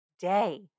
day